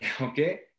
Okay